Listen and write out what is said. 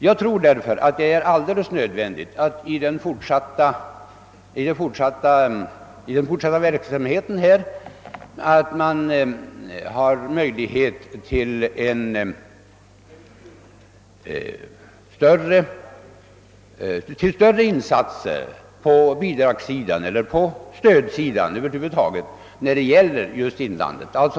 Jag anser det därför alldeles nödvändigt att det i den fortsatta verksamheten ges möjlighet till större insatser på bidragssidan eller på stödsidan över huvud taget för Norrlands inland.